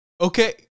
okay